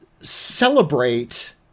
celebrate